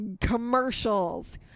Commercials